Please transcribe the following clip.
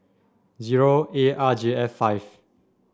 zero A R J F five